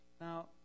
Now